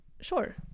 Sure